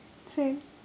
same